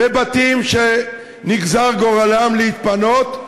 בבתים שנגזר גורלם להתפנות,